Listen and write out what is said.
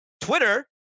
Twitter